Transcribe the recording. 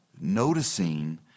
noticing